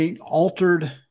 altered